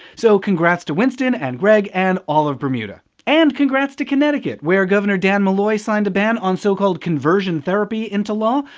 so congrats to winston and greg and all of bermuda. and congrats to connecticut, where governor dan malloy signed a ban on so-called conversion therapy into law.